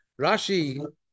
Rashi